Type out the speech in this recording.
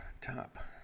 top